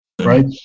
Right